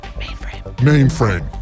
Mainframe